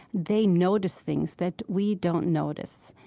they notice things that we don't notice.